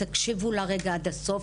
תקשיבו לה רגע עד הסוף.